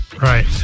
Right